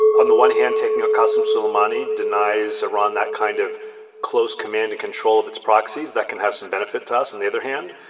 on the one hand, taking a custom, suleimani denies iran, that kind of close command and control of its proxies that can have some benefit to us. on and the other hand,